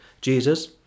Jesus